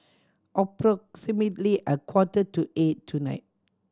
approximately a quarter to eight tonight